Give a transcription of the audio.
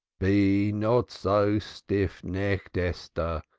be not so stiff-necked, esther!